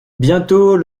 bientôt